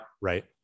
right